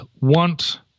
want –